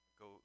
go